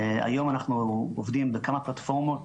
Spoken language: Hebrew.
היום אנחנו עובדים בכמה פלטפורמות,